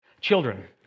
Children